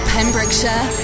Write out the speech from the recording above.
Pembrokeshire